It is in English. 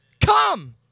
Come